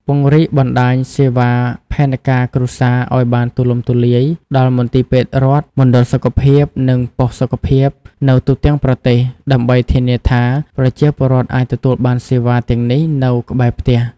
ពង្រីកបណ្ដាញសេវាផែនការគ្រួសារឱ្យបានទូលំទូលាយដល់ មន្ទីរពេទ្យរដ្ឋ មណ្ឌលសុខភាព និងប៉ុស្តិ៍សុខភាព នៅទូទាំងប្រទេស ដើម្បីធានាថាប្រជាពលរដ្ឋអាចទទួលបានសេវាទាំងនេះនៅក្បែរផ្ទះ ។